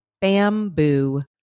bamboo